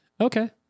Okay